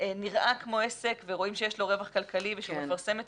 נראה כמו עסק ורואים שיש לו רווח כלכלי ושהוא מפרסם את